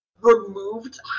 removed